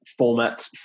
formats